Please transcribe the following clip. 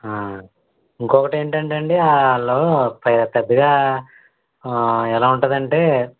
ఇంకొకటేంటంటే అండి వాళ్ళు పె పెద్దగా ఎలా ఉంటుందంటే